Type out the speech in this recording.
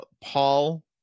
Paul